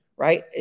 right